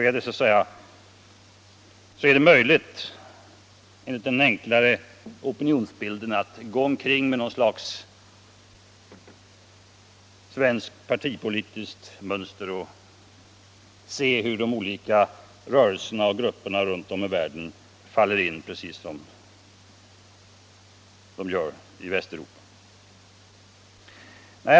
är det enligt denna enklare opinionsbild alltid möjligt att få olika rörelser och grupper runt om i världen att passa in i svenska eller västeuropeiska mönster.